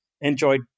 enjoyed